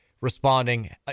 responding